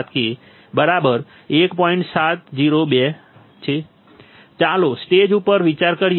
702 ચાલો સ્ટેજ બે ઉપર વિચાર કરીએ